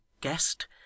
guest